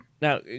Now